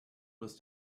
was